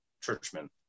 churchmen